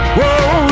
Whoa